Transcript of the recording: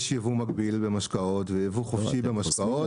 יש ייבוא מקביל במשקאות וייבוא חופשי במשקאות לא מהיום.